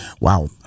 Wow